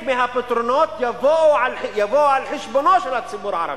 שחלק מהפתרונות יבוא על חשבונו של הציבור הערבי,